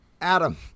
Adam